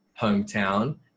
hometown